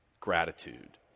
gratitude